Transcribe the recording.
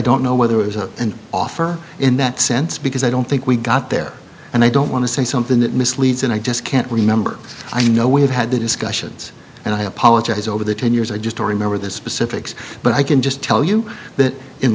don't know whether it was a an offer in that sense because i don't think we got there and i don't want to say something that misleads and i just can't remember i know we've had the discussions and i apologize over the ten years i just don't remember the specifics but i can just tell you that in